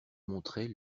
montrait